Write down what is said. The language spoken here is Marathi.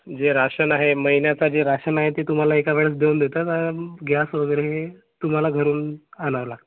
जे राशन आहे महिन्याचं जे राशन आहे ते तुम्हाला एका वेळेस देऊन देतात आणि गॅस वगैरे हे तुम्हाला घरून आणावं लागतं